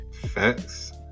Facts